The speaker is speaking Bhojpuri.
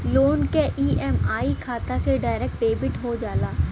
लोन क ई.एम.आई खाता से डायरेक्ट डेबिट हो जाला